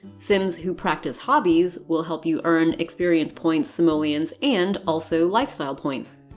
sims who practice hobbies will help you earn experience points, simoleons, and also lifestyle points.